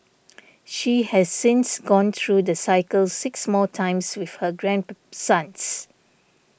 she has since gone through the cycle six more times with her grandsons